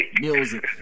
Music